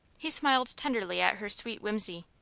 he smiled tenderly at her sweet whimsy.